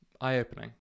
eye-opening